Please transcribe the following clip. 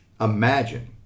Imagine